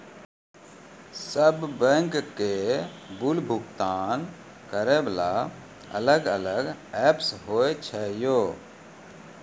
सब बैंक के बिल भुगतान करे वाला अलग अलग ऐप्स होय छै यो?